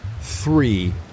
three